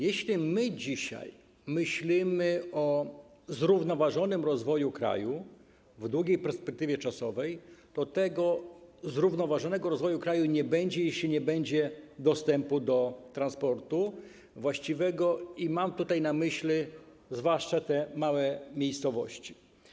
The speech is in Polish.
Jeśli dzisiaj myślimy o zrównoważonym rozwoju kraju, w długiej perspektywie czasowej, to tego zrównoważonego rozwoju kraju nie będzie, jeśli nie będzie dostępu do właściwego transportu, i mam na myśli zwłaszcza te małe miejscowości.